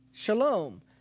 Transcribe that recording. Shalom